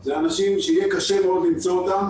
זה אנשים שיהיה קשה מאוד למצוא אותם